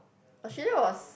Australia was